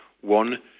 One